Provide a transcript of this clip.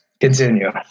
Continue